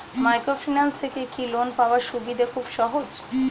Microfinance থেকে কি loan পাওয়ার সুবিধা খুব সহজ?